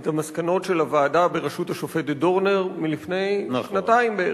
את המסקנות של הוועדה בראשות השופטת דורנר מלפני שנתיים בערך.